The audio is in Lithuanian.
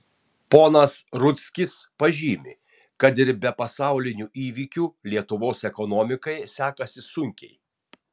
ponas rudzkis pažymi kad ir be pasaulinių įvykių lietuvos ekonomikai sekasi sunkiai